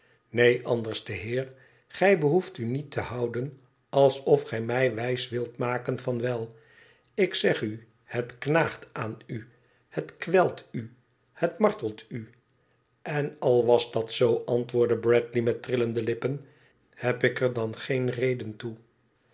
neen anderste heer gij behoeft u niet te houden alsof gij mij wijs wilt maken van wel ik zeg u het knaagt aan u het kwelt u y het martelt u n al was dat zoo antwoordde bradley met trillende lippen heb ik er dan geen reden toe